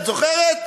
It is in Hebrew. את זוכרת,